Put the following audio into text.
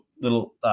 little